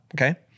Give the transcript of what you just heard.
Okay